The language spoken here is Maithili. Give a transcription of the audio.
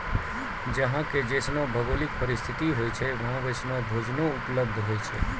जहां के जैसनो भौगोलिक परिस्थिति होय छै वहां वैसनो भोजनो उपलब्ध होय छै